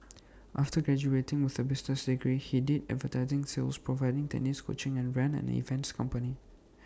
after graduating with A business degree he did advertising sales provided tennis coaching and ran an events company